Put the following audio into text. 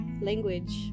language